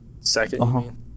Second